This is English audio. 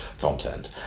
content